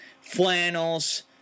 flannels